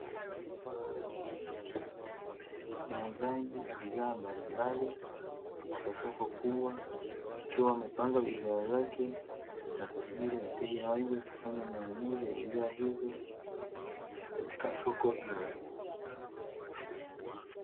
Muuzaji wa bidhaa mbalimbali katika soko kubwa, akiwa amepanga bidhaa zake na kusubiri wateja waje kufanya manunuzi ya bidhaa hizo katika soko hilo.